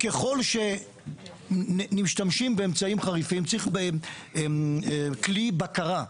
ככל שמשתמשים באמצעים חריפים צריך כלי בקרה,